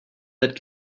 that